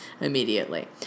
immediately